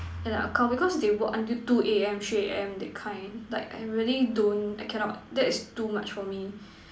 and account because they work until two A_M three A_M that kind like I really don't I cannot that is too much for me